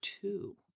two